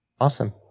Awesome